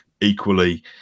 equally